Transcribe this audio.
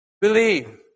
Believe